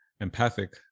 empathic